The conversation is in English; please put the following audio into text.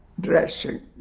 dressing